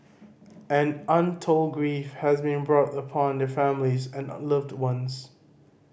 and untold grief has been brought upon their families and the loved ones